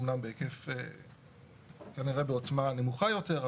אמנם בהיקף כנראה בעוצמה נמוכה יותר,